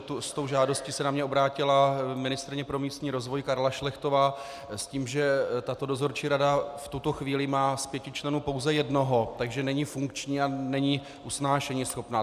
S tou žádostí se na mě obrátila ministryně pro místní rozvoj Karla Šlechtová s tím, že tato dozorčí rada v tuto chvíli má z pěti členů pouze jednoho, takže není funkční a není usnášeníschopná.